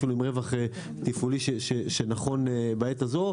אפילו עם רווח תפעולי שנכון בעת הזו,